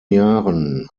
jahren